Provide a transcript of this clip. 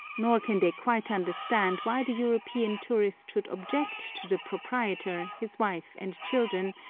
nor can they quite understand why the european tourist should object to the proprietor, his wife and children,